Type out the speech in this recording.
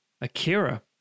Akira